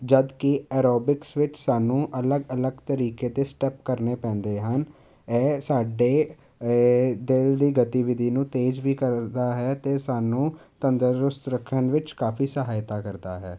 ਜਦਕਿ ਐਰੋਬਿਕਸ ਵਿੱਚ ਸਾਨੂੰ ਅਲੱਗ ਅਲੱਗ ਤਰੀਕੇ ਦੇ ਸਟੈਪ ਕਰਨੇ ਪੈਂਦੇ ਹਨ ਇਹ ਸਾਡੇ ਦਿਲ ਦੀ ਗਤੀਵਿਧੀ ਨੂੰ ਤੇਜ਼ ਵੀ ਕਰਦਾ ਹੈ ਅਤੇ ਸਾਨੂੰ ਤੰਦਰੁਸਤ ਰੱਖਣ ਵਿੱਚ ਕਾਫੀ ਸਹਾਇਤਾ ਕਰਦਾ ਹੈ